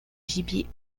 gibier